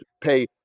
pay